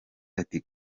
ati